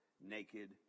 naked